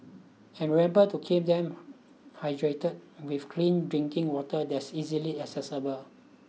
and remember to keep them hydrated with clean drinking water that's easily accessible